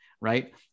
Right